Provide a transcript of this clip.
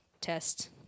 test